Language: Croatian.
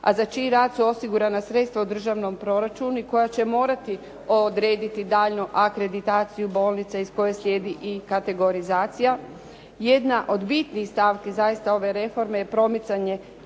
a za čiji rad su osigurana sredstva u državnom proračunu i koja će morati odrediti daljnju akreditaciju bolnica iz koje slijedi i kategorizacija. Jedna od bitnih stavki zaista ove reforme je promicanje